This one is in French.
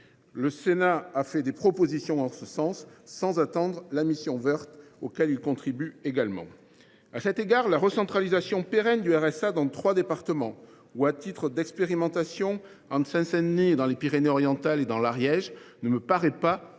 Le Sénat a fait des propositions en ce sens, sans attendre la mission Woerth, à laquelle il contribue également. À cet égard, la recentralisation pérenne du RSA dans trois départements ou à titre d’expérimentation – en Seine Saint Denis, dans les Pyrénées Orientales et dans l’Ariège – ne me paraît pas de